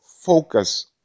Focus